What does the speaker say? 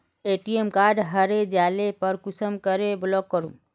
ATM card हरे जाले पर कुंसम के ब्लॉक करूम?